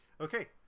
Okay